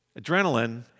Adrenaline